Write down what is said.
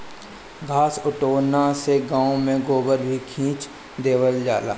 घास उठौना से गाँव में गोबर भी खींच देवल जाला